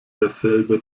derselbe